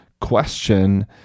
question